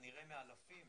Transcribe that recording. כנראה מאלפים